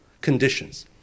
conditions